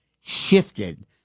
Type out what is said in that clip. shifted